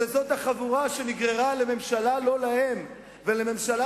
שזאת החבורה שנגררה לממשלה לא להם ולממשלה